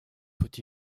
faut